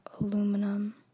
Aluminum